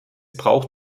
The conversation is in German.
braucht